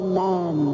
man